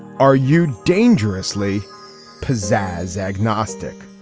are you dangerously pizzazz agnostic.